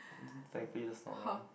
technically that's not wrong